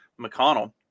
McConnell